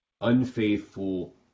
unfaithful